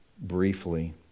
briefly